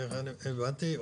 כך הבנתי,